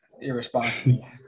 irresponsibly